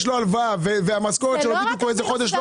יש לו הלוואה והוא לא עבד איזה חודש,